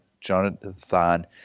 Jonathan